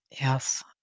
yes